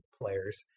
players